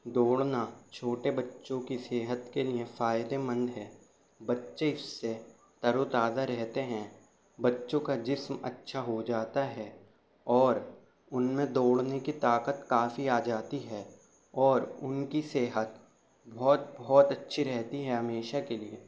دوڑنا چھوٹے بچوں کی صحت کے لیے فائدے مند ہے بچے اس سے تر و تازہ رہتے ہیں بچوں کا جسم اچھا ہو جاتا ہے اور ان میں دوڑنے کی طاقت کافی آ جاتی ہے اور ان کی صحت بہت بہت اچھی رہتی ہے ہمیشہ کے لیے